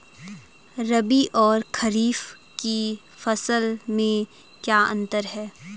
रबी और खरीफ की फसल में क्या अंतर है?